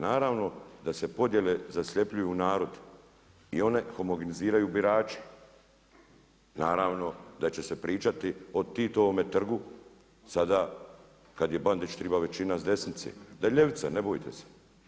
Naravno da se podjele zasljepljuju narod i one homogeniziraju birači, naravno da će se pričati o Titovom trgu, sada kada je Bandić treba većina desnice, da ljevice, ne bojte se.